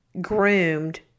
groomed